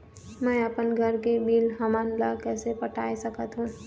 मैं अपन घर के बिल हमन ला कैसे पटाए सकत हो?